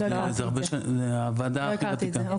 לא, זה הרבה שנים, זאת הוועדה הכי ותיקה, 20 שנה.